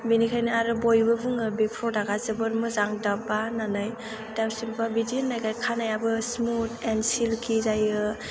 बिनिखायनो आरो बयबो बुङो बे प्रडाक्टआ जोबोर मोजां डाबआ होननानै डाब शेम्फु आ बिदि होननायखाय खानायाबो स्मुड एन सिलकि जायो